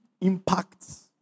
impacts